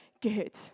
good